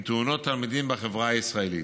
עם תאונות תלמידים בחברה הישראלית.